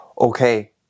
Okay